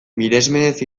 miresmenez